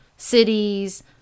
Cities